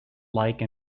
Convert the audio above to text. like